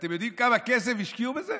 ואתם יודעים כמה כסף השקיעו בזה?